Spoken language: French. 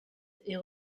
est